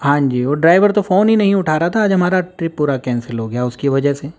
ہاں جی وہ ڈرائیور تو فون ہی نہیں اٹھا رہا تھا آج ہمارا ٹرپ پورا کینسل ہو گیا اس کی وجہ سے